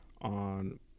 on